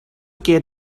get